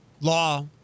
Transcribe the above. law